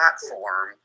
platform